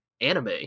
anime